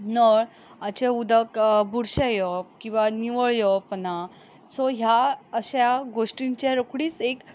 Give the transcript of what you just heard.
नळाचें उदक बुरशें येवप किंवा निवळ येवप ना सो ह्या अश्या गोश्टींचेर रोकडीच एक